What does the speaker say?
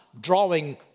drawing